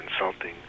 insulting